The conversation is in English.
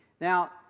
Now